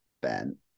Ben